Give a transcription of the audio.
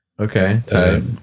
okay